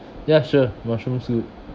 ya sure mushroom soup